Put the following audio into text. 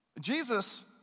Jesus